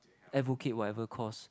advocate whatever cause